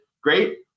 great